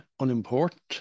unimportant